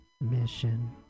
mission